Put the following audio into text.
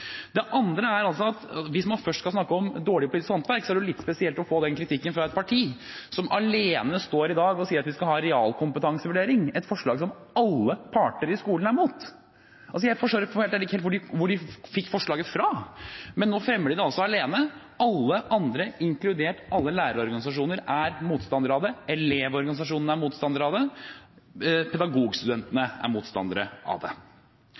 Det andre er at hvis man først skal snakke om dårlig politisk håndverk, er det litt spesielt å få den kritikken fra et parti som står alene i dag og sier at vi skal ha realkompetansevurdering, et forslag som alle parter i skolen er mot. Jeg forstår helt ærlig ikke hvor de fikk forslaget fra. Men nå fremmer de det altså alene. Alle andre – inkludert alle lærerorganisasjoner – er motstander av det, elevorganisasjonene er motstander av det, pedagogstudentene er motstander av det.